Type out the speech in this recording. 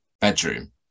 bedroom